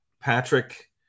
Patrick